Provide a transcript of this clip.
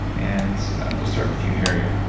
and i'll start with you harry,